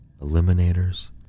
eliminators